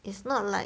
it's not like